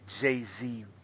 Jay-Z